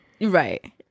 Right